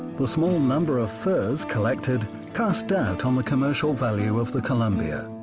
the small number of furs collected cast doubt on the commercial value of the columbia.